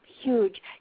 Huge